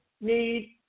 need